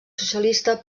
socialista